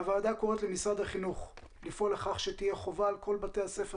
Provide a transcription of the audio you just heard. הועדה קוראת למשרד החינוך לפעול לכך שתהיה חובה על כל בתי הספר